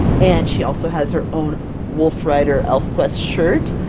and she also has her own wolfrider elfquest shirt,